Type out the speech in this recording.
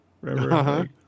Remember